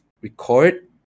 record